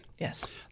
Yes